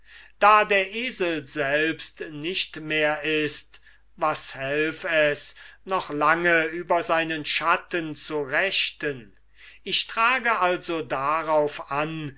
da der esel selbst nicht mehr ist was hülf es noch lange über seinen schatten zu rechten ich trage also darauf an